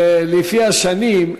ולפי השנים,